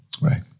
Right